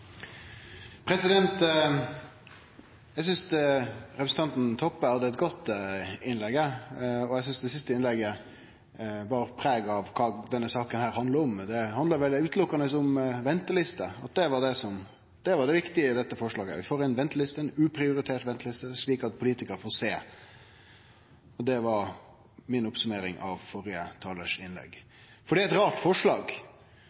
tjeneste. Eg synest representanten Toppe hadde eit godt innlegg, og eg synest det siste innlegget bar preg av kva denne saka handlar om. Det handlar vel utelukkande om ventelister, at det var det viktige i dette forslaget. Vi får ei uprioritert venteliste slik at politikarane får sjå. Det var oppsummeringa mi av innlegget til førre talar. Det er eit rart forslag.